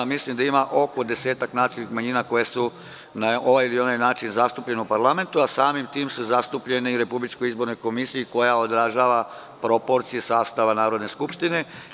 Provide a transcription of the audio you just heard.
Mislim da ima oko desetak nacionalnih manjina koje su na ovaj ili onaj način zastupljena u parlamentu, a samim tim su zapostavljene u RIK koja održava proporcije sastava Narodne skupštine.